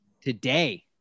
today